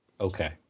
Okay